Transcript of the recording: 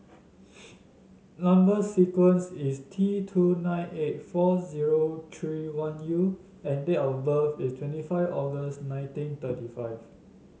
number sequence is T two nine eight four zero three one U and date of birth is twenty five August nineteen thirty five